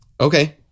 Okay